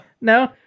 No